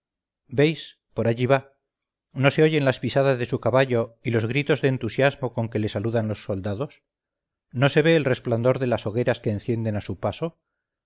por allí va no se oyen las pisadas de su caballo y los gritos de entusiasmo con que le saludan los soldados no se ve el resplandor de las hogueras que encienden a su paso